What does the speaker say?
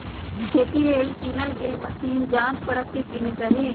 खेती लेल किनल गेल मशीन जाच परख के किने चाहि